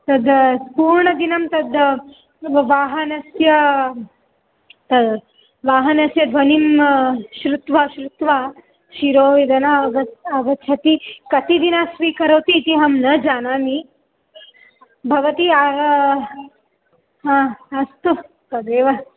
तद् सम्पूर्णदिनं तद् वाहनस्य त वाहनस्य ध्वनिं श्रुत्वा श्रुत्वा शिरोवेदना आग आगच्छति कति दिनानि स्वीकरोति इति अहं न जानामि भवती हा अस्तु तदेव